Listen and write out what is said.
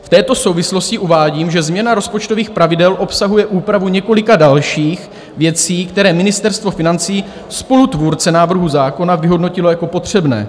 V této souvislosti uvádím, že změna rozpočtových pravidel obsahuje úpravu několika dalších věcí, které Ministerstvo financí, spolutvůrce návrhu, zákona vyhodnotilo jako potřebné.